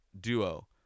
duo